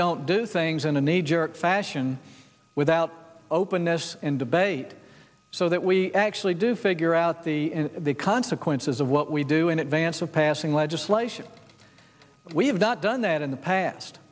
don't do things in a knee jerk fashion without openness and debate so that we actually do figure out the consequences of what we do in advance of passing legislation we've not done that in the past